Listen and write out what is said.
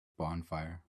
bonfire